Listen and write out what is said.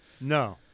no